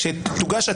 לא הוצאת?